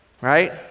Right